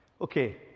okay